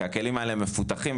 כי הכלים האלה מפותחים.